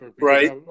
right